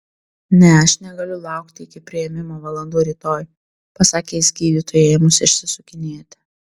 ne aš negaliu laukti iki priėmimo valandų rytoj pasakė jis gydytojui ėmus išsisukinėti